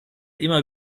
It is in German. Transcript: immer